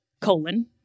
colon